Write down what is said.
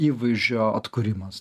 įvaizdžio atkūrimas